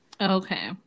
Okay